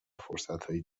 فرصتهای